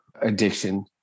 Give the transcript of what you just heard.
addiction